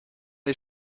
les